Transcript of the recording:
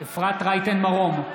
אפרת רייטן מרום,